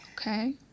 Okay